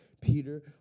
Peter